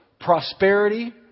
prosperity